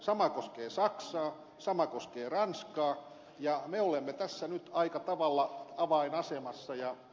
sama koskee saksaa sama koskee ranskaa ja me olemme tässä nyt aika tavalla avainasemassa